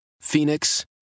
Phoenix